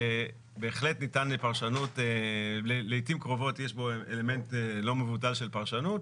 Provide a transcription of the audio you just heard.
שבהחלט ניתן לפרשנות לעיתים קרובות יש בו אלמנט לא מבוטל של פרשנות